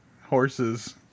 horses